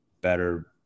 better